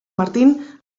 martín